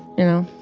you know?